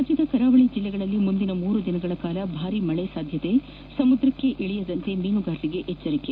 ರಾಜ್ಯದ ಕರಾವಳಿ ಜಿಲ್ಲೆಗಳಲ್ಲಿ ಮುಂದಿನ ಮೂರು ದಿನಗಳ ಕಾಲ ಭಾರೀ ಮಳೆ ಸಾಧ್ಯತೆ ಸಮುದ್ರಕ್ಕೆ ಇಳಿಯದಂತೆ ಮೀನುಗಾರರಿಗೆ ಎಚ್ಚರಿಕೆ